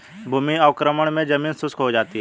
भूमि अवक्रमण मे जमीन शुष्क हो जाती है